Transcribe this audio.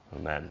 Amen